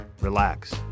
relax